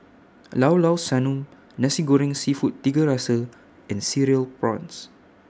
Llao Llao Sanum Nasi Goreng Seafood Tiga Rasa and Cereal Prawns